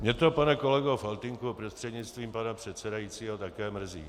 Mě to, pane kolego Faltýnku prostřednictvím pana předsedajícího, také mrzí.